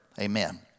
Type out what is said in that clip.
Amen